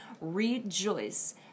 rejoice